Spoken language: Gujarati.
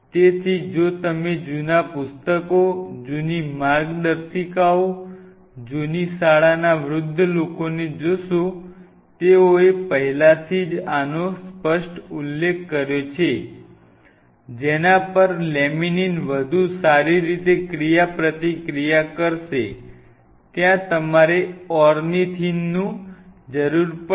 તેથી જો તમે જૂના પુસ્તકો જૂની માર્ગદર્શિકાઓ જૂની શાળાના વૃદ્ધ લોકોને જોશો તેઓએ પહેલાથી જ આનો સ્પષ્ટ ઉલ્લેખ કર્યો છે જેના પર લેમિનીન વધુ સારી રીતે ક્રિયાપ્રતિક્રિયા કરશે ત્યાં તમારે ઓર્નિથિનની જરૂર પડશે